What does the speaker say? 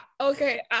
okay